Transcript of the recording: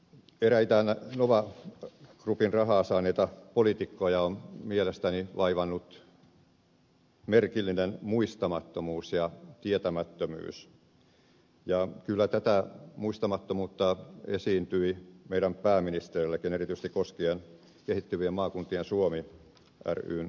eräitä nova groupin rahaa saaneita poliitikkoja on mielestäni vaivannut merkillinen muistamattomuus ja tietämättömyys ja kyllä tätä muistamattomuutta esiintyi meidän pääministerillämmekin erityisesti koskien kehittyvien maakuntien suomi ryn taustahenkilöiden tapaamisia